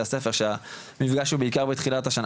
הספר שהשיח על זה הוא בעיקר בתחילת השנה,